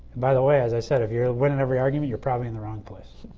by the way, as i said, if you are winning every argument, you are probably in the wrong place.